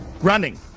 Running